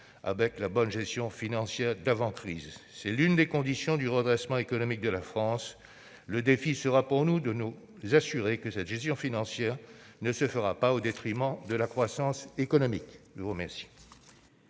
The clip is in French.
avec la bonne gestion financière d'avant-crise. C'est l'une des conditions du redressement économique de la France. Notre défi sera de nous assurer que cette gestion financière ne se fera pas au détriment de la croissance économique. La parole est